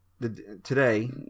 today